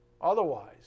Otherwise